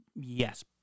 Yes